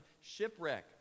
shipwreck